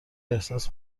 احساس